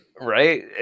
Right